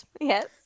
Yes